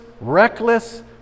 reckless